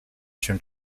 się